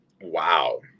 Wow